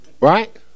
Right